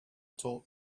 taught